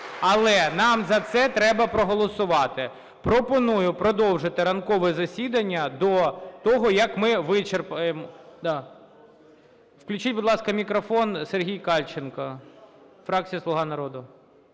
Але нам за це треба проголосувати. Пропоную продовжити ранкове засідання до того, як ми вичерпаємо… Да. Включіть, будь ласка, мікрофон, Сергій Кальченко, фракція "Слуга народу",